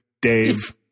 Dave